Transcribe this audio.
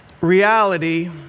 reality